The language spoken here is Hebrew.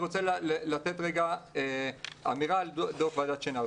אני רוצה לתת רגע אמירה על דוח ועדת שנהר.